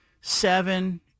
seven